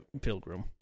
Pilgrim